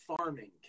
farming